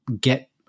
get